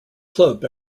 club